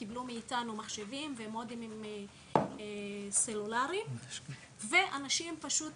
קיבלו מאיתנו מחשבים ומודמים סלולרי ואנשים פונים